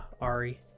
Ari